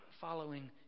following